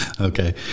okay